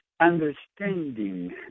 understanding